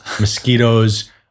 Mosquitoes